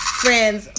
friends